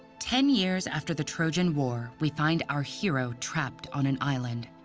ten years after the trojan war, we find our hero trapped on an island,